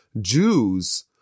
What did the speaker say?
Jews